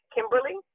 Kimberly